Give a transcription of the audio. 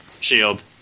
Shield